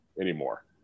anymore